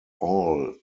all